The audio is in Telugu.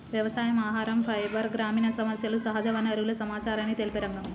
వ్యవసాయం, ఆహరం, ఫైబర్, గ్రామీణ సమస్యలు, సహజ వనరుల సమచారాన్ని తెలిపే రంగం